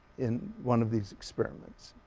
in one of these experiments.